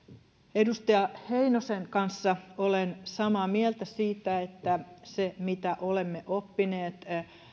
edustaja heinosen kanssa olen samaa mieltä siitä että se mitä olemme oppineet